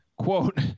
Quote